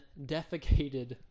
defecated